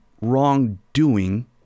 wrongdoing